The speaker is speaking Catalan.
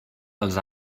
els